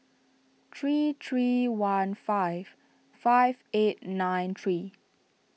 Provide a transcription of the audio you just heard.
three three one five five eight nine three